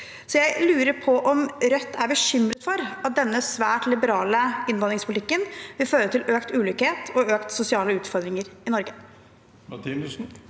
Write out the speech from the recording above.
Jeg lurer på om Rødt er bekymret for at denne svært liberale innvandringspolitikken vil føre til økt ulikhet og økte sosiale utfordringer i Norge.